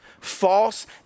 false